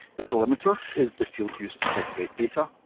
the delimiter is the field used to separate data,